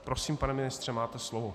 Prosím, pane ministře, máte slovo.